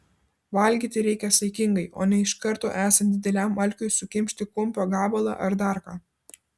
valgyti reikia saikingai o ne iš karto esant dideliam alkiui sukimšti kumpio gabalą ar dar ką